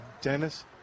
dennis